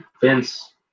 Vince